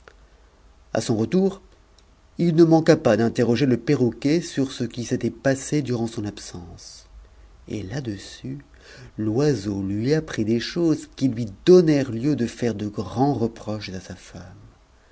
à son retour il ne manqua pas d'interroger le perroquet sur ce qui s'était passé durant son absence et là-dessus l'oiseau lui apprit des choses qui lui donnèrent lieu de faire de grands reproches à sa femme